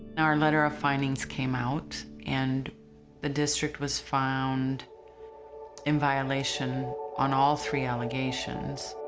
our letter of findings came out and the district was found in violation on all three allegations.